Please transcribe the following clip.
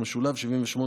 התשמ"ו 1986,